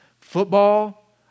football